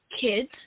Kids